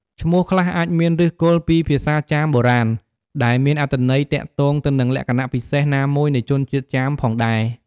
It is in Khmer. ឈ្មោះខ្លះអាចមានឫសគល់ពីភាសាចាមបុរាណ ដែលមានអត្ថន័យទាក់ទងទៅនឹងលក្ខណៈពិសេសណាមួយនៃជនជាតិចាមផងដែរ។